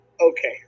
Okay